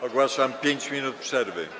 Ogłaszam 5 minut przerwy.